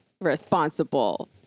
responsible